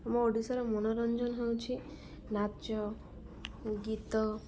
ଆମ ଓଡ଼ିଶାର ମନୋରଞ୍ଜନ ହେଉଛି ନାଚ ଗୀତ